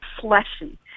fleshy